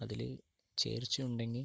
അതിൽ ചേർച്ചയുണ്ടെങ്കിൽ